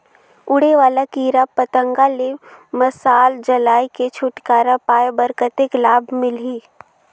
उड़े वाला कीरा पतंगा ले मशाल जलाय के छुटकारा पाय बर कतेक लाभ मिलही?